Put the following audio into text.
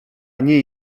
nie